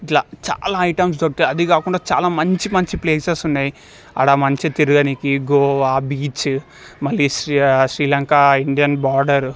ఇట్లా చాలా ఐటమ్స్ దొరుకుతాయి ఓకే అది కాకుండా చాలా మంచి మంచి ప్లేసెస్ ఉన్నాయి ఆడ మంచిగ తిరగనీకి గోవా బీచ్ మళ్లీ శ్రీ శ్రీలంక ఇండియన్ బార్డర్